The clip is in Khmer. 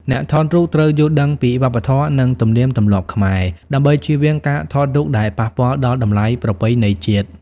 អ្នកថតរូបត្រូវយល់ដឹងពីវប្បធម៌ និងទំនៀមទម្លាប់ខ្មែរ ដើម្បីចៀសវាងការថតរូបដែលប៉ះពាល់ដល់តម្លៃប្រពៃណីជាតិ។